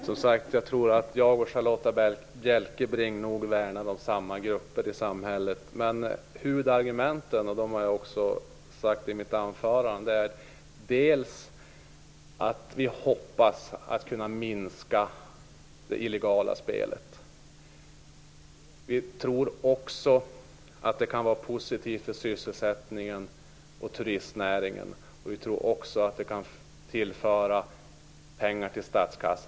Fru talman! Jag tror att jag och Charlotta Bjälkebring värnar om samma grupper i samhället. Ett av huvudargumenten - dem har jag också nämnt i mitt anförande - är att vi hoppas kunna minska det illegala spelet. Vi tror att det kan vara positivt för sysselsättningen och turistnäringen. Vi tror också att det kan tillföra pengar till statskassan.